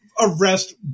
arrest